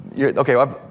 okay